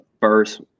first